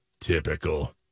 Typical